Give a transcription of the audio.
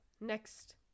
Next